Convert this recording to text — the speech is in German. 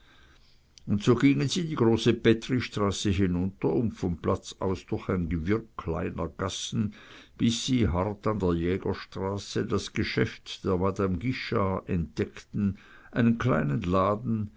und so gingen sie die große petristraße hinunter und vom platz aus durch ein gewirr kleiner gassen bis sie hart an der jägerstraße das geschäft der madame guichard entdeckten einen kleinen laden